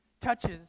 touches